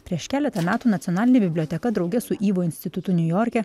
prieš keletą metų nacionalinė biblioteka drauge su ivo institutu niujorke